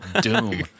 doom